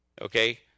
okay